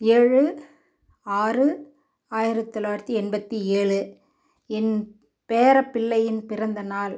ஏழு ஆறு ஆயிரத்து தொள்ளாயிரத்து எண்பத்து ஏழு என் பேரப்பிள்ளையின் பிறந்தநாள்